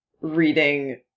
reading